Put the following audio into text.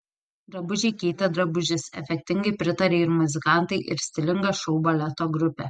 drabužiai keitė drabužius efektingai pritarė ir muzikantai ir stilinga šou baleto grupė